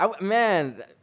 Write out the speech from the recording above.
Man